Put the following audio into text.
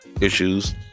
issues